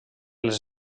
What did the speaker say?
les